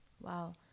Wow